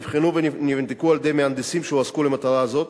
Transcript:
והן נבחנו ונבדקו על-ידי מהנדסים שהועסקו למטרה זו.